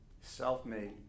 Self-made